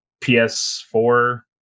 ps4